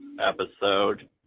episode